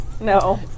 No